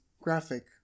graphic